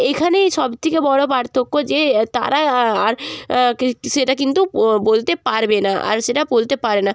এখানেই সব থেকে বড় পার্থক্য যে তারা আর কি সেটা কিন্তু বলতে পারবে না আর সেটা বলতে পারে না